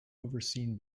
overseen